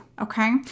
okay